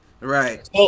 Right